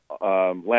last